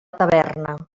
taverna